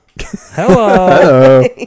Hello